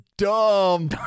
Dumb